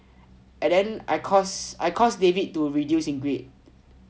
and then I cause I cause david to reduce in grade